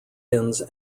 ins